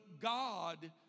God